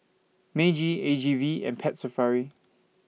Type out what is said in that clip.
Meiji A G V and Pet Safari